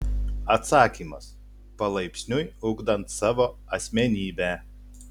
atsakymas palaipsniui ugdant savo asmenybę